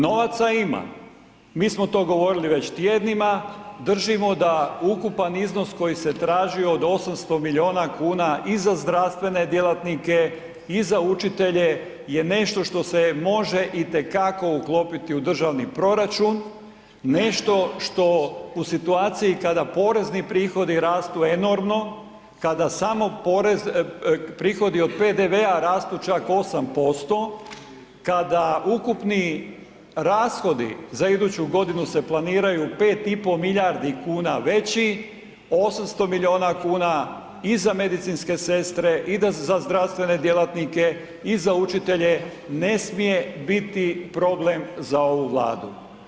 Novaca ima, mi smo to govorili već tjednima, držimo da ukupan iznos koji se traži od 800 milijuna kuna i za zdravstvene djelatnike i za učitelje je nešto što se može itekako uklopiti u državni proračun, nešto što u situaciji kada porezni prihodi rastu enormno, kada samo prihodi od PDV-a rastu čak 8%, kada ukupni rashodi za iduću godinu se planiraju 5,5 milijardi kuna veći, 800 milijuna kuna i za medicinske sestre i za zdravstvene djelatnike i za učitelje ne misije biti problem za ovu Vladu.